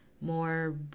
more